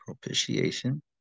Propitiation